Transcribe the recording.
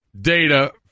data